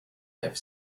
have